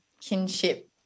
kinship